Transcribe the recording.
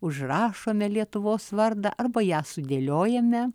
užrašome lietuvos vardą arba ją sudėliojame